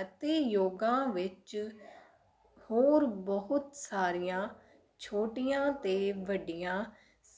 ਅਤੇ ਯੋਗਾ ਵਿੱਚ ਹੋਰ ਬਹੁਤ ਸਾਰੀਆਂ ਛੋਟੀਆਂ ਅਤੇ ਵੱਡੀਆਂ